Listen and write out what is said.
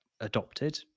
adopted